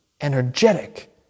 energetic